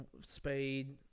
speed